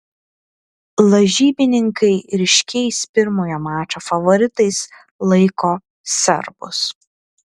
lažybininkai ryškiais pirmojo mačo favoritais laiko serbus